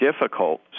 difficult